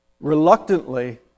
reluctantly